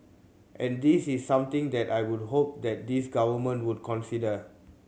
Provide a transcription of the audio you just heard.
and this is something that I would hope that this Government would consider